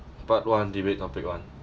part one debate topic one